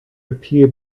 appear